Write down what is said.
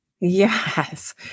Yes